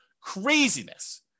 Craziness